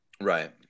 right